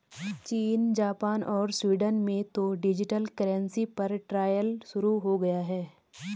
चीन, जापान और स्वीडन में तो डिजिटल करेंसी पर ट्रायल शुरू हो गया है